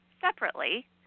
separately